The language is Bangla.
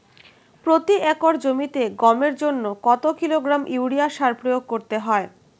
প্রতি একর জমিতে গমের জন্য কত কিলোগ্রাম ইউরিয়া সার প্রয়োগ করতে হয়?